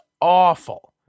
awful